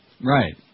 Right